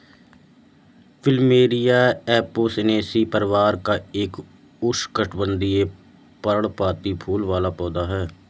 plumeria Apocynaceae परिवार का एक उष्णकटिबंधीय, पर्णपाती फूल वाला पौधा है